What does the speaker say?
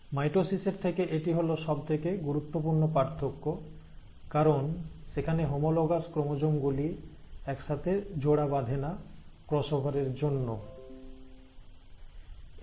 মাইটোসিসের থেকে এটি হল সবথেকে গুরুত্বপূর্ণ পার্থক্য কারণ সেখানে হোমোলোগাস ক্রোমোজোম গুলি একসাথে জোড়া বাধে না ক্রসওভার এর জন্য